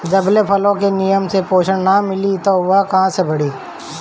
जबले पेड़ पलो के निमन से पोषण ना मिली उ कहां से बढ़ी